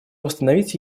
восстановить